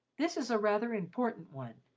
this is a rather important one,